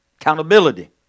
Accountability